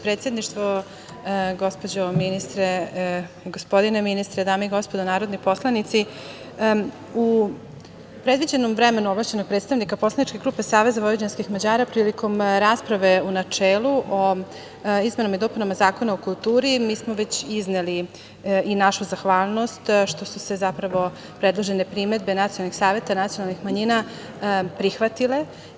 Predsedništvo, gospođo ministre, gospodine ministre, dame i gospodo narodni poslanici, u predviđenom vremenu ovlašćenog predstavnika poslaničke grupe SVM prilikom rasprave u načelu o izmenama i dopunama Zakona o kulturi, mi smo već izneli i našu zahvalnost što su zapravo predložene primedbe nacionalnih saveta nacionalnih manjina prihvatile.